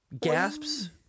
gasps